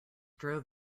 drove